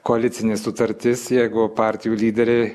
koalicinė sutartis jeigu partijų lyderiai